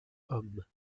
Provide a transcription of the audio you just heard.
hommes